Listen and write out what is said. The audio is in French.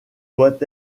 doit